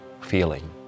feeling